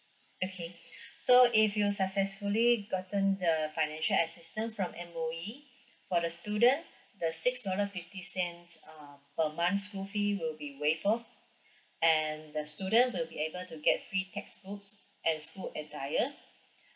okay so if you successfully gotten the financial assistance from M_O_E for the student the six dollar fifty cents uh per month school fee will be waived off and the student will be able to get free textbooks and school attire